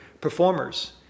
performers